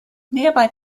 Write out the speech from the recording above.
nearby